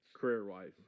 career-wise